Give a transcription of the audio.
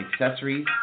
accessories